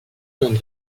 dans